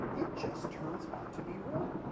it just turns out to be wrong.